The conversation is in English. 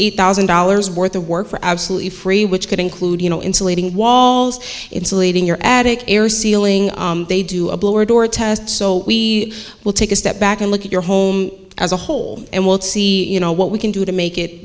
eight thousand dollars worth of work for absolutely free which could include you know insulating walls insulating your attic air sealing they do a blower door test so we will take a step back and look at your home as a whole and we'll see you know what we can do to make it